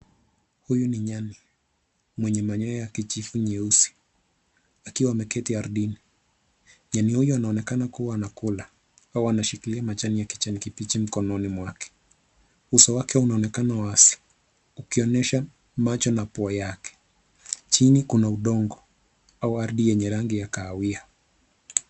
Huyu ni nyani mwenye manyoya ya kijivu nyeusi akiwa ameketi ardhini. Nyani huyu anaonekana kuwa anakula au anashikilia majani ya kijani kibichi mikononi mwake. Uso wake unaonekana wazi ukionyesha macho na pua yake. Chini kuna udongo au ardhi yenye rangi ya kahawia.